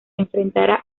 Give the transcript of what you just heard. enfrentara